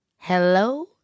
hello